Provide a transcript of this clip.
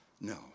No